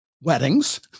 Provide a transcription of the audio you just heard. weddings